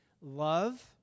love